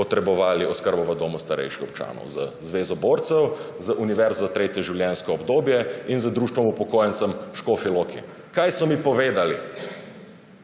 potrebovali oskrbo v domu starejših občanov z zvezo borcev, z univerzo za tretje življenjsko obdobje in z Društvom upokojencev Škofja Loka. Kaj so mi povedali?